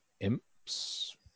imps